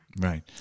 Right